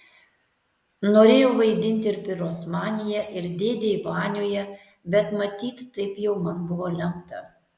norėjau vaidinti ir pirosmanyje ir dėdėj vanioje bet matyt taip jau man buvo lemta